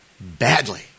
badly